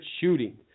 shooting